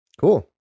Cool